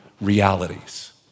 realities